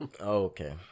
Okay